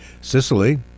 Sicily